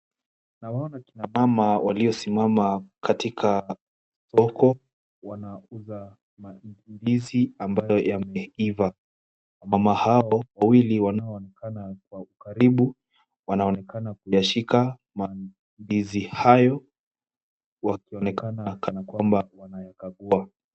Tunawaona kina mama waliosimama katika soko. Tunawaona wakiuza ndizi ambayo yameiva. Wamama hao wawili wanaonekana kwa ukaribu. Wanaonekana kuyashika mandizi hayo wakionekana kama kwamba wanayakagua.